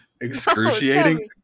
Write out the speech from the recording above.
Excruciating